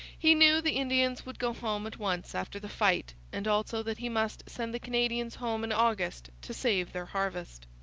he knew the indians would go home at once after the fight and also that he must send the canadians home in august to save their harvest.